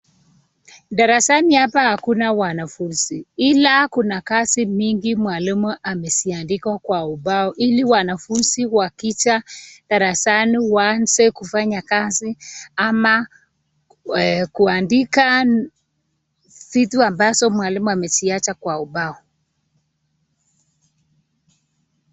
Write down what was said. Darasani hapa hakuna wanafunzi . Ila kuna kazi mingi mwalimu ameziandika kwa ubao ili wanafunzi wakija darasani waanze kufanya kazi ama kuandika vitu ambazo mwalimu ameziacha kwa ubao.